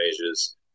measures